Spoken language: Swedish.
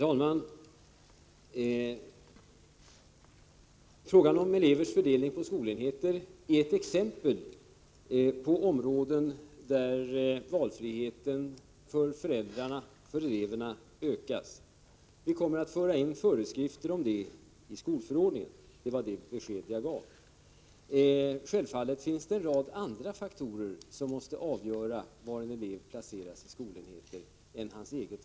Herr talman! Elevers fördelning på skolenheter är ett exempel på områden där valfriheten för föräldrarna och för eleverna ökas enligt de föreskrifter som vi kommer att föra in i skolförordningen. Det var det besked som jag gav. Självfallet finns det en rad andra faktorer än elevens eget val som spelar in vid avgörandet av på vilken skolenhet en elev skall placeras.